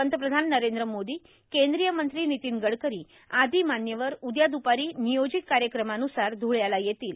पंतप्रधान नरेंद्र मोदी केंद्रीय मंत्री नितीन गडकरी आदी मान्यवर उद्या द्पारी नियोजित कार्यक्रमानुसार ध्वळ्याला येतील